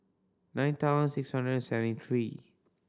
nine thousand six hundred and seventy three